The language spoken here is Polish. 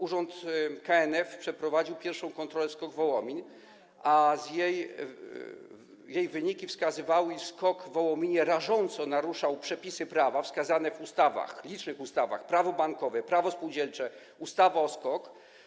Urząd KNF przeprowadził pierwszą kontrolę w SKOK Wołomin, a jej wyniki wskazywały, iż SKOK w Wołominie rażąco naruszał przepisy prawa wskazane w ustawach, licznych ustawach, takich jak: Prawo bankowe, Prawo spółdzielcze, ustawa o SKOK.